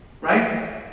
right